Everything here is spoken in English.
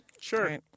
Sure